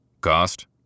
Cost